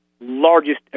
largest